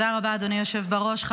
תודה רבה, אדוני היושב בראש.